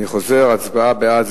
אני חוזר: הצבעה בעד,